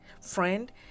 Friend